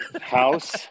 House